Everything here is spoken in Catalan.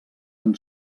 han